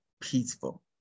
peaceful